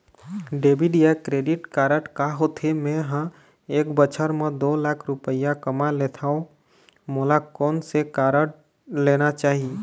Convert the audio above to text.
Debit या credit card का होथे, मे ह एक बछर म दो लाख रुपया कमा लेथव मोला कोन से कारड लेना चाही?